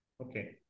Okay